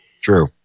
True